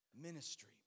Ministry